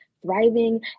thriving